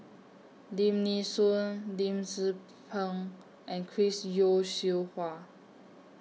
Lim Nee Soon Lim Tze Peng and Chris Yeo Siew Hua